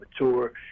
mature